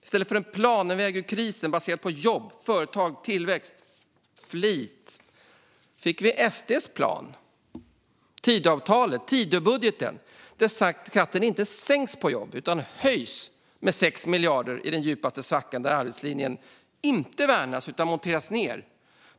I stället för en plan baserad på jobb, företag, tillväxt och flit och en väg för att ta oss ur krisen fick vi SD:s plan. I Tidöbudgeten sänks inte skatten på jobb, utan den höjs med 6 miljarder i den djupaste svackan. Arbetslinjen värnas inte utan monteras ned.